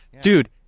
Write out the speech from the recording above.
Dude